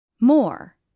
More